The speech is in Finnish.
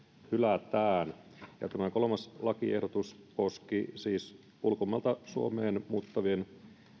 hylätään tämä kolmas lakiehdotus koski siis ulkomailta suomeen muuttavien